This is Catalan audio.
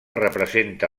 representa